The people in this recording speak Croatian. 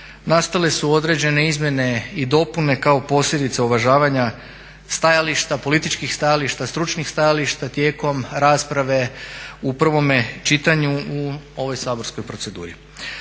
nastale su određene izmjene i dopune kao posljedica uvažavanja stajališta, političkih stajališta, stručnih stajališta tijekom rasprave u prvome čitanju u ovoj saborskoj proceduri.